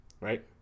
Right